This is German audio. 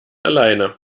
alleine